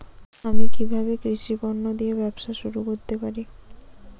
আমি কিভাবে কৃষি পণ্য দিয়ে ব্যবসা শুরু করতে পারি?